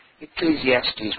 Ecclesiastes